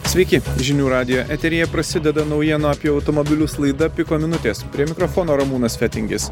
sveiki žinių radijo eteryje prasideda naujienų apie automobilius laida piko minutės prie mikrofono ramūnas fetingis